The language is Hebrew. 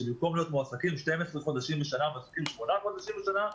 שבמקום להיות מועסקים 12 חודשים בשנה הם מועסקים 8 חודשים בשנה.